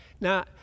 Now